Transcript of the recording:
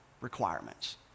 requirements